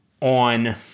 on